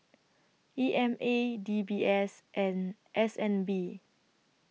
E M A D B S and S N B